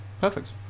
perfect